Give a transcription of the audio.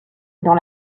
dans